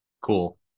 cool